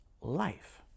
life